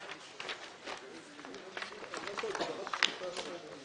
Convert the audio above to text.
הישיבה ננעלה בשעה 12:45.